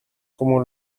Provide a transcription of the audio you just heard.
como